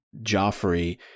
Joffrey –